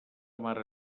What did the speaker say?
mare